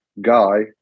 guy